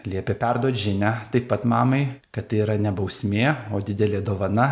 liepė perduot žinią taip pat mamai kad tai yra ne bausmė o didelė dovana